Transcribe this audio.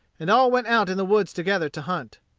and all went out in the woods together to hunt.